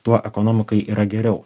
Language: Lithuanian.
tuo ekonomikai yra geriau